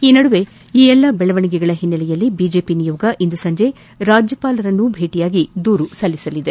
ಈ ನದುವೆ ಈ ಬೆಳವಣಿಗೆಗಳ ಹಿನ್ನೆಲೆಯಲ್ಲಿ ಬಿಜೆಪಿ ನಿಯೋಗ ಇಂದು ಸಂಜೆ ರಾಜ್ಯಪಾಲರಿಗೂ ದೂರು ಸಲ್ಲಿಸಲಿದೆ